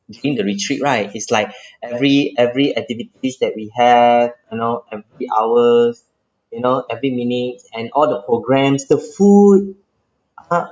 during the retreat right is like every every activities that we have you know every hour you know every minute and all the programmes the food